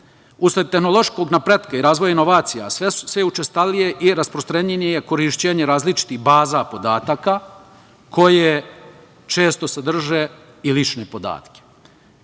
Usled tehnološkog napredovanja i razvoja inovacija, sve je učestalije i rasprostranjenije korišćenje različitih baza podataka koje često sadrže i lične podatke.